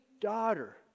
daughter